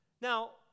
Now